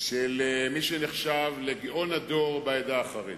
של מי שנחשב לגאון הדור בעדה החרדית.